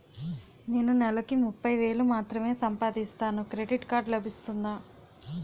నేను నెల కి ముప్పై వేలు మాత్రమే సంపాదిస్తాను క్రెడిట్ కార్డ్ లభిస్తుందా?